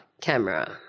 camera